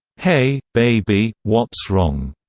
hey, baby, what's wrong,